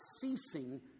ceasing